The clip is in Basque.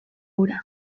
hura